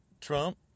Trump